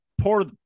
pour